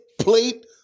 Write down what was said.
plate